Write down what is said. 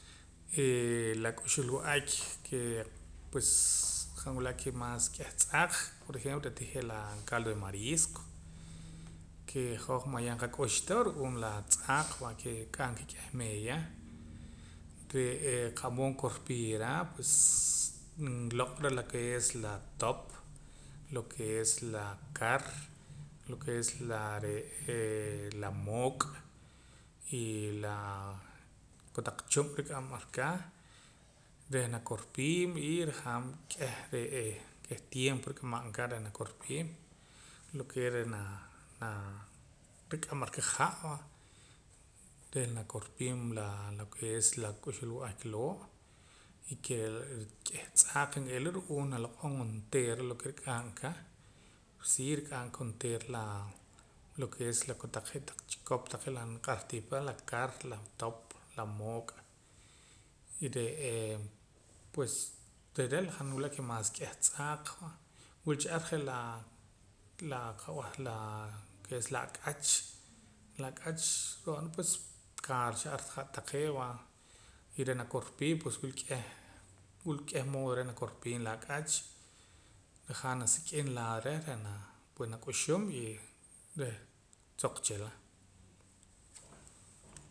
la k'uxulwa'ak ke pues han wila' ke mas k'ih tz'aaq por ejemplo je' tii re' la caldo de marisco ke hoj mayaj qak'ux ta ru'uum la tz'aaq va ke nrik'am ka k'ih meeya re'ee qa'mood nkorpiira pues nloq'ra lo ke es la top lo ke es la kar lo ke es la re'ee la mook' y la kotaq chub' rik'am ar ka reh nakorpiim y rajaam k'ih re'eh reh tiempo reh nrik'amam aka reh nakorpiim lo ke es reh naa rik'am ar ka ha' reh nakorpiim la loo ke es la k'uxb'al loo' y ke k'ih tz'aaq n'ila ru'uum naloq'om onteera lo ke rik'am ka si rik'am ka onteera lo ke es je' la chikop taqee' la niq'ar tii pa la kar la top la mook' y re'ee pues re' re' la han niwila' ke mas k'ih tz'aaq wila cha ar je' la lo ke es la ak'ach la ak'ach ro'na pues kaaracha ar ta' taqee' va y reh nakorpii pues wila k'eh mood reh nakopiim la ak'ach rajaam nasik'im lado reh reh pues nak'uxum y reh suq chila